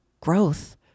growth